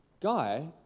guy